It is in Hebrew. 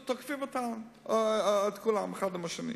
תוקפים את כולם, זה את זה.